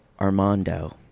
Armando